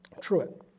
True